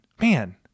man